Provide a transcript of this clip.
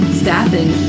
staffing